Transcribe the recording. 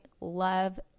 love